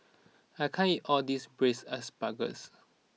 I can't eat all this Braised Asparagus